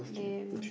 lame